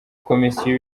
komisiyo